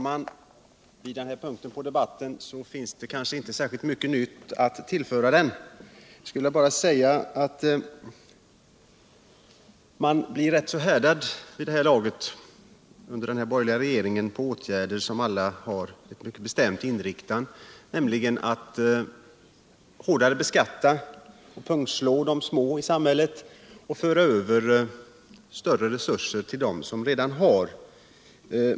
Herr talman! I detta skede finns det kanske inte så mycket nytt att tillföra debatten. Jag skulle bara vilja säga att man blivit rätt härdad när det gäller åtgärder från den borgerliga regeringens sida som alla har en mycket bestämd inriktning, nämligen att hårdare beskatta och pungslå de små i samhället och föra över större resurser till dem som redan har resurser.